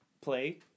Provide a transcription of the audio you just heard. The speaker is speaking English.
play